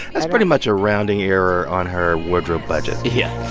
it's pretty much a rounding error on her wardrobe budget yeah